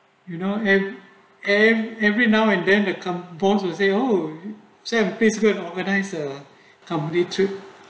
you know every every now and then to compose will say oh say a good good answer company trip